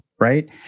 Right